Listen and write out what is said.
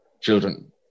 children